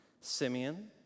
Simeon